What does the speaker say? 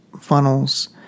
funnels